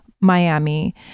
Miami